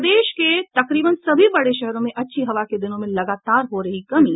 प्रदेश के तकरीबन सभी बड़े शहरों में अच्छी हवा के दिनों में लगतार हो रही कमी